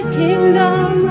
kingdom